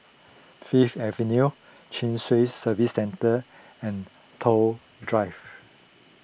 Fifth Avenue Chin Swee Service Centre and Toh Drive